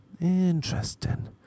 Interesting